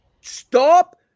stop